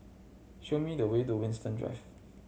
show me the way to Winstedt Drive